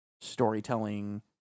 storytelling